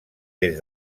des